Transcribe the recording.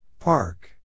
Park